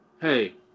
hey